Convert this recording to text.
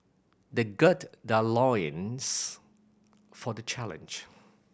they gird their loins for the challenge